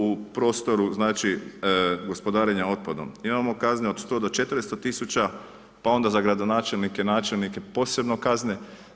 U prostoru znači gospodarenja otpadom imamo kazne od 100 do 400 tisuća, pa onda za gradonačelnike, načelnike posebno kazne.